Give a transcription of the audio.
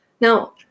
Now